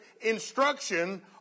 instruction